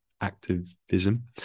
activism